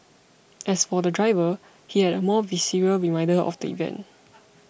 as for the driver he had a more visceral reminder of the event